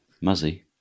Muzzy